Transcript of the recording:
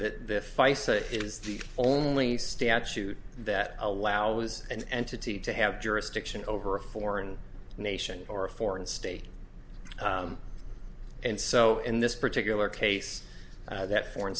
it is the only statute that allows an entity to have jurisdiction over a foreign nation or a foreign state and so in this particular case that foreign